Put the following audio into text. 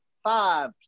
Five